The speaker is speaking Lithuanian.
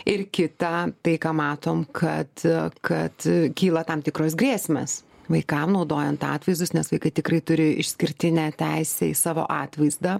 ir kita tai ką matom kad kad kyla tam tikros grėsmės vaikam naudojant atvaizdus nes kai tikrai turi išskirtinę teisę į savo atvaizdą